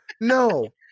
No